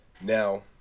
Now